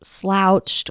slouched